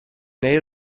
neu